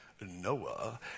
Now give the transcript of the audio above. Noah